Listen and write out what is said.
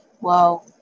wow